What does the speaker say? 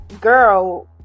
girl